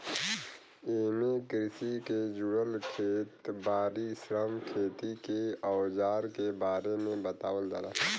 एमे कृषि के जुड़ल खेत बारी, श्रम, खेती के अवजार के बारे में बतावल जाला